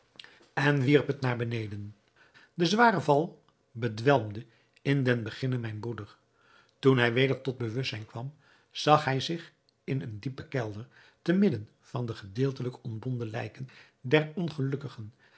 en wierp het naar beneden de zware val bedwelmde in den beginne mijn broeder toen hij weder tot bewustzijn kwam zag hij zich in een diepen kelder te midden van de gedeeltelijk ontbonden lijken der ongelukkigen